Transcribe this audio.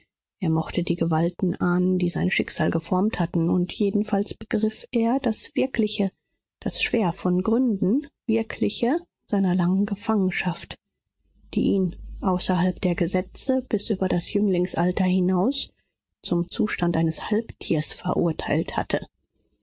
er mochte die gewalten ahnen die sein schicksal geformt hatten und jedenfalls begriff er das wirkliche das schwer von gründen wirkliche seiner langen gefangenschaft die ihn außerhalb der gesetze bis über das jünglingsalter hinaus zum zustand eines halbtiers verurteilt hatte